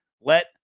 Let